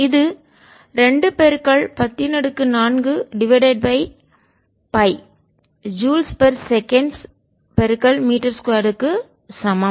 இது 2104 divided by pi joules seconds மீட்டர்2க்கு சமம்